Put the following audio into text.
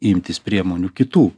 imtis priemonių kitų